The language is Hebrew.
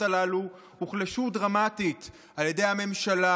הללו הוחלשו דרמטית על ידי הממשלה,